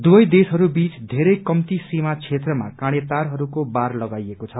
दुवै देशहरू बीच धेरै कम्ती सीमा क्षेत्रमा काँडे तारहरूको बार लगाइएको छ